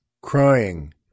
crying